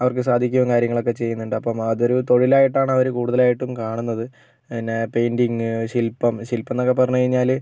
അവർക്ക് സാധിക്കുകയും കാര്യങ്ങളൊക്കെ ചെയുന്നുണ്ട് അപ്പോൾ ഇത് ഒരു തൊഴിലായിട്ട് ആണ് അവര് കൂടുതലായിട്ടും കാണുന്നത് പിന്നെ പെയിൻറിംഗ് ശിൽപ്പം ശിൽപ്പം എന്ന് ഒക്കെ പറഞ്ഞ് കഴിഞ്ഞാല്